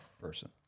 person